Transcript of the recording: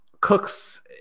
Cook's